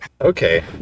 Okay